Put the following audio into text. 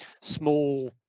small